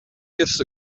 years